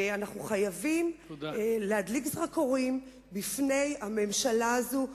אנחנו חייבים להדליק זרקורים בפני הממשלה הזאת,